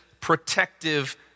protective